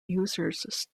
users